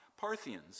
Parthians